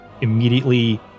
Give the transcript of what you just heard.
immediately